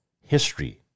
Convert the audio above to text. history